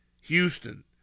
Houston